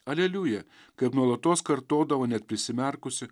aleliuja kaip nuolatos kartodavo net prisimerkusi